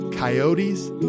Coyotes